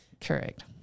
correct